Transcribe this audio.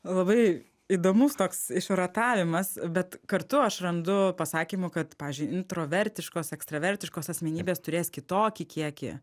labai įdomus toks išrotavimas bet kartu aš randu pasakymą kad pavyzdžiui introvertiškos ekstravertiškos asmenybės turės kitokį kiekį